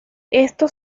esto